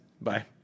Bye